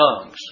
tongues